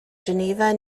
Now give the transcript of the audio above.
geneva